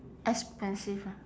expensive lah